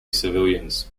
civilians